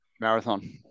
marathon